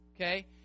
okay